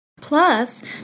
Plus